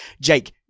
Jake